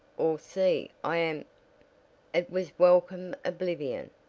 or see, i am it was welcome oblivion,